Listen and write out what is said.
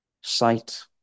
sight